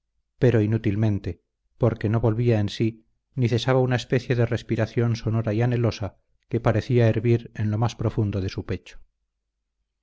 pero inútilmente porque no volvía en sí ni cesaba una especie de respiración sonora y anhelosa que parecía hervir en lo más profundo de su pecho